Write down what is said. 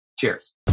Cheers